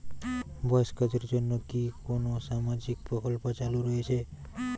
বয়স্কদের জন্য কি কোন সামাজিক প্রকল্প চালু রয়েছে?